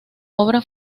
obra